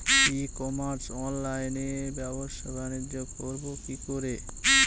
ই commerce অনলাইনে ব্যবসা বানিজ্য করব কি করে?